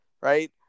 Right